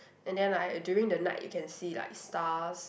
and then like during the night you can see like stars